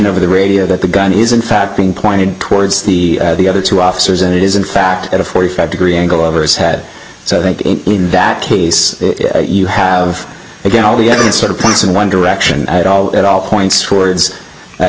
over the radio that the gun is in fact being pointed towards the the other two officers and it is in fact at a forty five degree angle over his head so i think in that case you have to get all the evidence sort of points in one direction at all at all points towards a